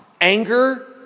anger